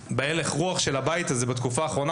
לפי הלך הרוח של הבית הזה בתקופה האחרונה,